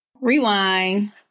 rewind